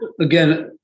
again